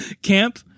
Camp